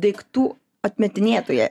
daiktų atmetinėtoja